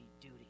duty